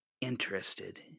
interested